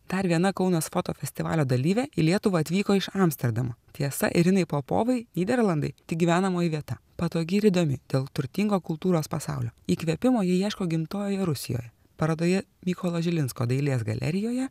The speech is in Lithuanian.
dar viena kaunas foto festivalio dalyvė į lietuvą atvyko iš amsterdamo tiesa irinai popovai nyderlandai tik gyvenamoji vieta patogi ir įdomi dėl turtingo kultūros pasaulio įkvėpimo ji ieško gimtojoje rusijoj parodoje mykolo žilinsko dailės galerijoje